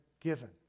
given